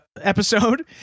episode